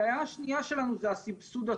הבעיה השנייה שלנו זה הסבסוד הצולב,